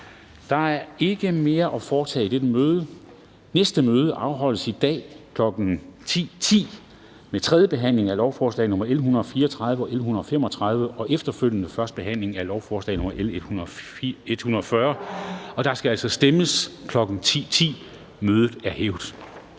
Der er ikke mere at foretage i dette møde. Folketingets næste møde afholdes i dag, tirsdag den 17. marts 2020, kl. 10.10 med tredje behandling af lovforslag nr. L 134 og L 135 og efterfølgende første behandling af lovforslag nr. L 140, og der skal altså stemmes kl. 10.10. Mødet er hævet.